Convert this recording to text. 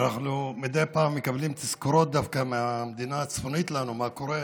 ואנחנו מדי פעם מקבלים תזכורות דווקא מהמדינה הצפונית לנו מה קורה